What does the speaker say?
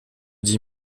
dis